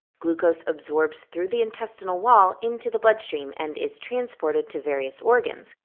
glucose absorbs through the intestinal wall into the bloodstream and is transported to various organs,